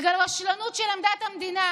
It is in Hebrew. בגלל רשלנות של עמדת המדינה,